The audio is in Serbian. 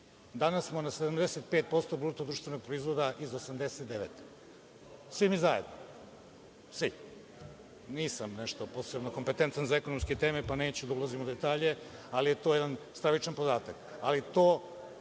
Danas smo na 75% BDP iz 1989. godine. Svi mi zajedno, svi. Nisam nešto posebno kompetentan za ekonomske teme, pa neću da ulazim u detalje, ali je to jedan stravičan podatak. To